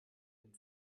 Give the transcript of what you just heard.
den